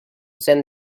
send